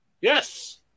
Yes